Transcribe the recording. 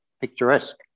picturesque